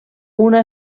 una